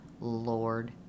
Lord